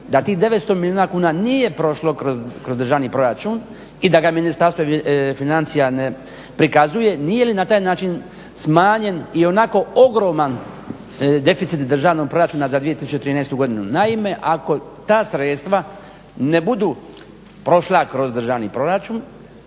da tih 900 milijuna kuna nije prošlo kroz državni proračun i da ga Ministarstvo financija ne prikazuje, nije li na taj način smanjen i onako ogroman deficit državnog proračuna za 2013.godinu. Naime ako ta sredstva ne budu prošla kroz državni proračun